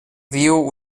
viu